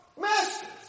masters